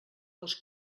dels